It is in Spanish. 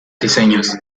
diseños